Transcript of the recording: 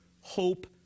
hope